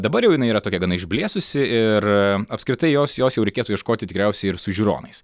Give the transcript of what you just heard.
dabar jau jinai yra tokia gana išblėsusi ir apskritai jos jos jau reikėtų ieškoti tikriausiai ir su žiūronais